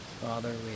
Father